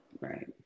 Right